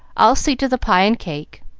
i'll see to the pie and cake,